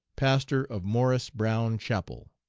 pastor of morris brown chapel.